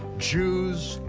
jews,